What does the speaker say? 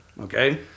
Okay